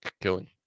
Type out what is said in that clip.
killing